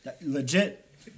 Legit